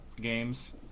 games